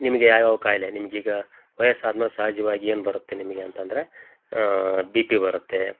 ನಿಮಗೆ ಯಾವ್ಯಾವ ಖಾಯಿಲೆ ನಿಮ್ಗೆ ಈಗ ವಯಸ್ಸಾದ ಮೇಲೆ ಸಹಜವಾಗಿ ಏನು ಬರುತ್ತೆ ನಿಮಗೆ ಅಂತಂದರೆ ಬಿ ಪಿ ಬರುತ್ತೆ